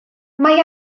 mae